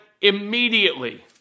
immediately